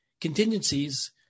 contingencies